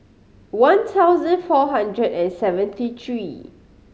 one thousand four hundred and seventy three